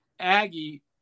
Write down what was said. Aggie